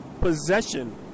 possession